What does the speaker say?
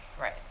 right